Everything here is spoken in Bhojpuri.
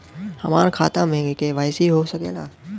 हमार खाता में के.वाइ.सी हो सकेला?